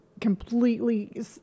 completely